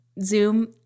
Zoom